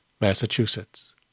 Massachusetts